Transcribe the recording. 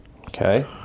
Okay